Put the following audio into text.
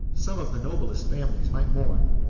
some of the noblest families might mourn,